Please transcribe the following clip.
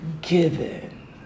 given